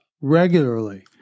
regularly